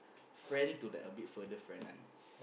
friend to the a bit further friend one